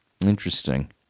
Interesting